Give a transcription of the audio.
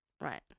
Right